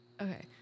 Okay